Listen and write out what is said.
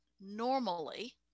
normally